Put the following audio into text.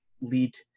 lead